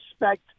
respect